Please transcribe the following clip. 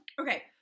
Okay